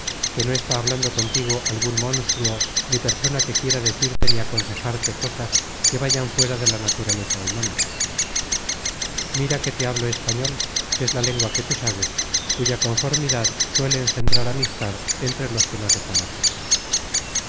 que no está hablando contigo algun monstruo ni persona que quiera decirte ni aconsejarte cosas que vayan fuera de la naturaleza humana mira que te hablo español que es la lengua que tú sabes cuya conformidad suele engendrar amistad entre los que no se conocen